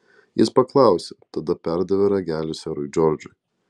jis paklausė tada perdavė ragelį serui džordžui